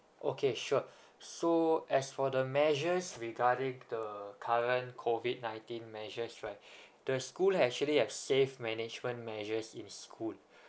okay sure so as for the measures regarding the current COVID nineteen measures right the school actually have safe management measures in school